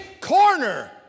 corner